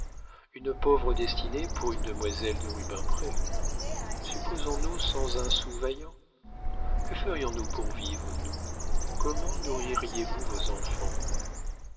une pauvre destinée pour une demoiselle de rubempré supposons nous sans un sou vaillant que ferions-nous pour vivre nous comment nourririez vous vos enfants